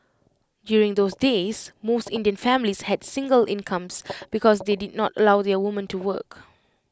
during those days most Indian families had single incomes because they did not allow their women to work